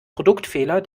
produktfehler